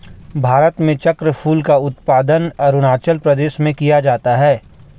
भारत में चक्रफूल का उत्पादन अरूणाचल प्रदेश में किया जाता है